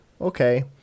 Okay